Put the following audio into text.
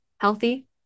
healthy